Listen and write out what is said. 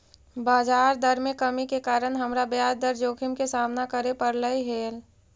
बजार दर में कमी के कारण हमरा ब्याज दर जोखिम के सामना करे पड़लई हल